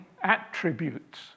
attributes